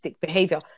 behavior